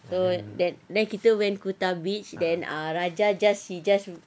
so then then kita went kuta beach then raja just he just